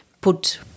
put